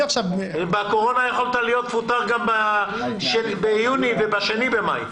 בקורונה יכולת להיות מפוטר גם ביוני וב-2 במאי.